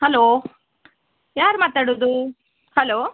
hello ಯಾರು ಮಾತಾಡುವುದು hello